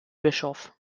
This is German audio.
bischof